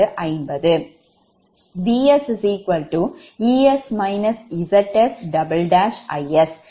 Vs Es Zs Is